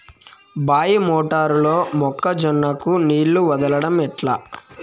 బాయి మోటారు లో మొక్క జొన్నకు నీళ్లు వదలడం ఎట్లా?